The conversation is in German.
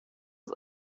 aus